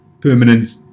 permanent